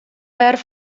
wer